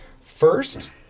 First